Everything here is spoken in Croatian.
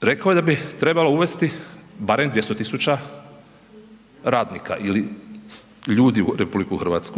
Rekao je da bi trebalo uvesti barem 200.000 radnika ili ljudi u RH.